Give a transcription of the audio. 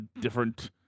different